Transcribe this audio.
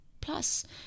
Plus